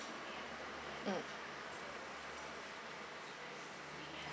mm